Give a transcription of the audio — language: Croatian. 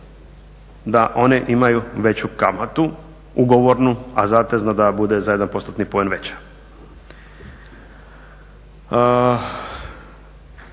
da oni imaju veću kamatu ugovornu, a zatezna da bude za 1